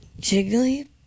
Jiggly